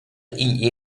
igl